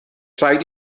rhaid